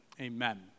Amen